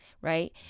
right